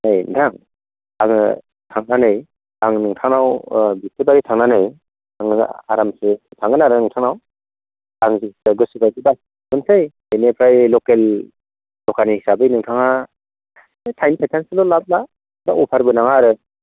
ओइ नोंथां आङो थांनानै आं नोंथांनाव बिस्थिबारै थांनानै आङो आरामसे थांगोन आरो नोंथांनाव आं जिनिसखौ गोसो बायदि बासिनोसै बेनिफ्राय लकेल दखान हिसाबै नोंथाङा थाइनै थाइथामसोल' लाब ला बा अफारबो नाङा आरो